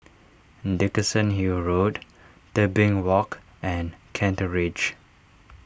Dickenson Hill Road Tebing Walk and Kent Ridge